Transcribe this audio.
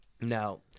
now